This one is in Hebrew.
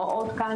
להוראות כאן,